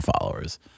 followers